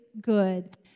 good